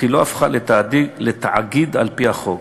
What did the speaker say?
אך היא לא הפכה לתאגיד על-פי חוק.